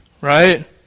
right